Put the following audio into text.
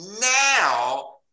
now